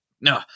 no